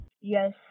Yes